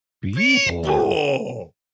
People